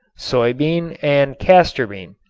soy bean and castor bean.